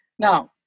Now